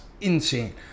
insane